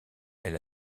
elle